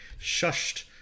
shushed